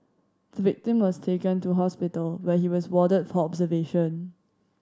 the victim was taken to hospital where he was warded for observation